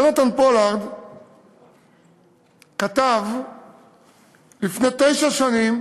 יונתן פולארד כתב לפני תשע שנים